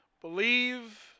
believe